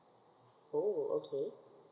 orh okay